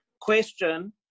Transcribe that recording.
question